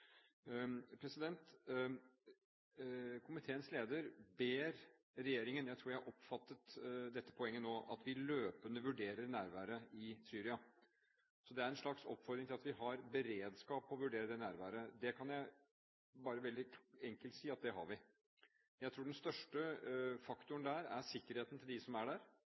Komiteens leder ber regjeringen – jeg tror jeg oppfattet dette poenget nå – løpende vurdere nærværet i Syria. Det er en slags oppfordring til at vi har beredskap til å vurdere det nærværet. Det kan jeg bare veldig enkelt si at vi har. Jeg tror den viktigste faktoren der er sikkerheten til dem som er der.